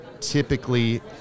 typically